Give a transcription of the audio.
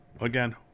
again